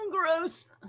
gross